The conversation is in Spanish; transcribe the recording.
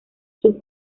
sus